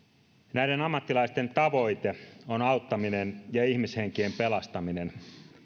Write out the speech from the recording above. näiden ammattilaisten tavoite on auttaminen ja ihmishenkien pelastaminen